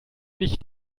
nicht